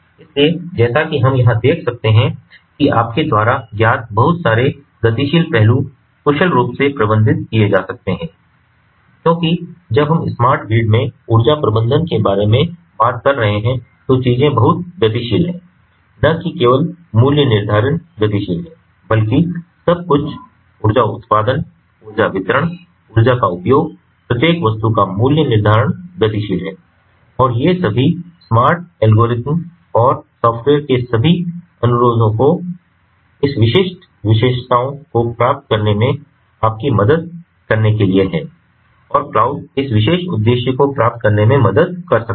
इसलिए जैसा कि हम यहां देख सकते हैं कि आपके द्वारा ज्ञात बहुत सारे गतिशील पहलू कुशल रूप से प्रबंधित किये जा सकते हैं क्योंकि जब हम स्मार्ट ग्रिड में ऊर्जा प्रबंधन के बारे में बात कर रहे हैं तो चीजें बहुत गतिशील हैं न कि केवल मूल्य निर्धारण गतिशील है बल्कि सब कुछ ऊर्जा उत्पादन ऊर्जा वितरण ऊर्जा का उपयोग प्रत्येक वस्तु का मूल्य निर्धारण गतिशील है और ये सभी स्मार्ट एल्गोरिदम और सॉफ़्टवेयर के सभी अनुरोधों को इन विशिष्ट विशेषताओं को प्राप्त करने में आपकी मदद करने के लिए हैं और क्लाउड इस विशेष उद्देश्य को प्राप्त करने में मदद कर सकते हैं